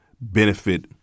benefit